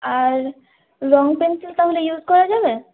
আর রঙ পেনসিল তাহলে ইউজ করা যাবে